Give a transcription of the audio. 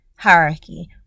Hierarchy